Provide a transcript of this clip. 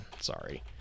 sorry